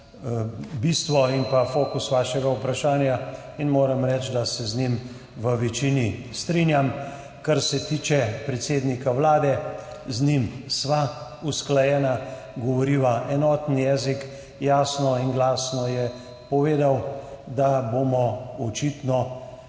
bistvo in fokus vašega vprašanja in moram reči, da se z njim v večini strinjam. Kar se tiče predsednika Vlade, z njim sva usklajena, govoriva enoten jezik. Jasno in glasno je povedal, da bomo očitno